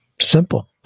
simple